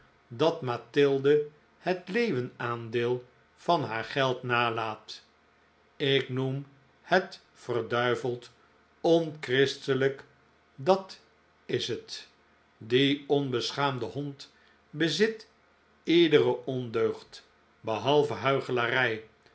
dat mathilde het leeuwenaandeel van haar geld nalaat ik noem het verduiveld onchristelijk dat is het die onbeschaamde hond bezit iedere ondeugd behalve